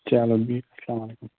چَلو بِہِو اَسَلامُ عَلَیکُم